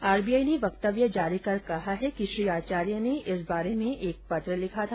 RBI ने वक्तव्य जारी कर कहा है कि श्री आचार्य ने इस बारे में एक पत्र लिखा था